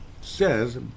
says